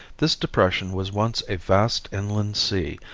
this depression was once a vast inland sea,